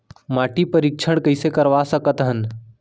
माटी परीक्षण कइसे करवा सकत हन?